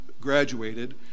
graduated